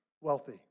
wealthy